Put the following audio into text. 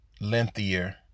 lengthier